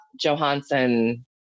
Johansson